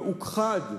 והוכחד,